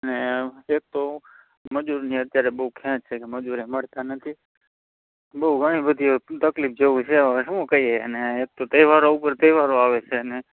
અને એક તો મજૂરની અત્યારે બહુ ખેંચ છે કે મજુરેય મળતા નથી બહુ ઘણી બધી તકલીફ જેવું છે હવે શું કહીએ અને એક તો તહેવારો ઉપર તહેવારો આવે છે અને